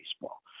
baseball